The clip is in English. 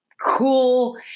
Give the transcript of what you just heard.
cool